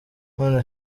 none